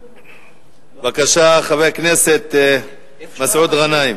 בבקשה, חבר הכנסת מסעוד גנאים.